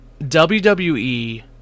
WWE